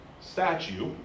statue